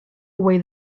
away